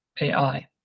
AI